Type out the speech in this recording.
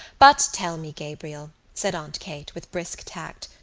but tell me, gabriel, said aunt kate, with brisk tact.